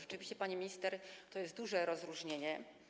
Rzeczywiście, pani minister, to jest duże rozróżnienie.